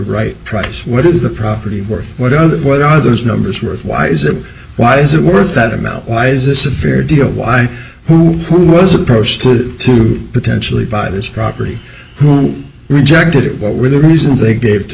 right price what is the property worth what other what are those numbers worth why is it why is it worth that amount why is this a fair deal why who was approached to potentially buy this property who rejected it what were the reasons they gave to